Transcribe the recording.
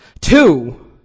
Two